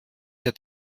der